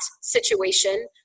situation